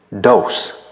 dose